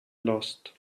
lost